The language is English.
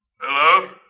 Hello